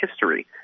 history